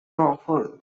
often